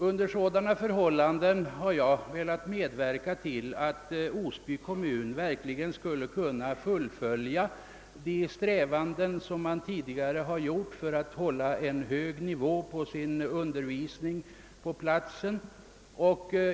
Under sådana förhållanden har jag velat medverka till att Osby kommun verkligen skall kunna fullfölja de tidigare strävandena att hålla en hög nivå på undervisningen på platsen.